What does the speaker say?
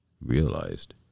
realized